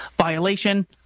violation